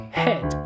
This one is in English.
head